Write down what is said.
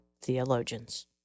theologians